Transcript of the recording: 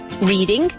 Reading